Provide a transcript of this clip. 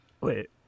Wait